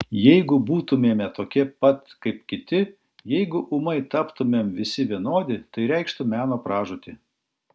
jeigu būtumėme tokie pat kaip kiti jeigu ūmai taptumėm visi vienodi tai reikštų meno pražūtį